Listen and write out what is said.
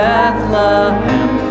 Bethlehem